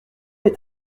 est